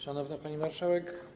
Szanowna Pani Marszałek!